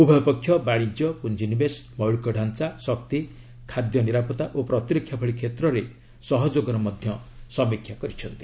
ଉଭୟ ପକ୍ଷ ବାଶିଜ୍ୟ ପୁଞ୍ଜିନିବେଶ ମୌଳିକ ଢ଼ାଞା ଶକ୍ତି ଖାଦ୍ୟ ନିରାପତ୍ତା ଓ ପ୍ରତିରକ୍ଷା ଭଳି କ୍ଷେତ୍ରରେ ସହଯୋଗର ସମୀକ୍ଷା କରିଥିଲେ